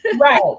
right